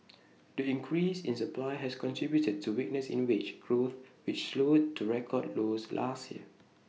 the increase in supply has contributed to weakness in wage growth which slowed to record lows last year